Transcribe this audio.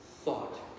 thought